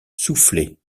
soufflait